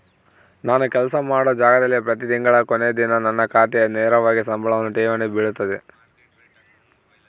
ನಾನು ಕೆಲಸ ಮಾಡೊ ಜಾಗದಾಗ ಪ್ರತಿ ತಿಂಗಳ ಕೊನೆ ದಿನ ನನ್ನ ಖಾತೆಗೆ ನೇರವಾಗಿ ಸಂಬಳವನ್ನು ಠೇವಣಿ ಬಿಳುತತೆ